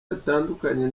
yatandukanye